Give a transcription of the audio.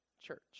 church